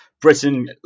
Britain